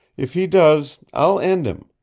if he does, i'll end him.